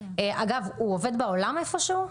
אגב, הוא עובד בעולם איפשהו?